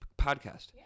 Podcast